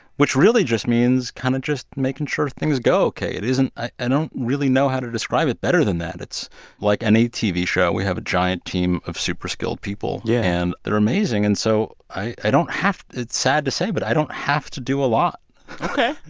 which really just means kind of just making sure things go ok. it isn't i i don't really know how to describe it better than that. it's like any tv show. we have a giant team of super-skilled people, yeah and they are amazing, and so i i don't have it's sad to say, but i don't have to do a lot ok.